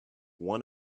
one